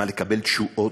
מה, לקבל תשואות?